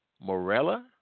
Morella